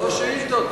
שלוש שאילתות,